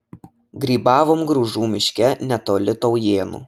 grybavom gružų miške netoli taujėnų